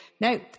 no